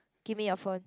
give me your phone